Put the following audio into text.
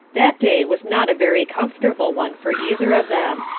that day was not a very comfortable one for either of them.